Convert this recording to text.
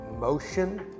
motion